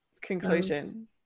conclusion